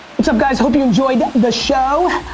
what's up guys? hope you enjoyed the show.